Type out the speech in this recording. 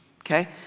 okay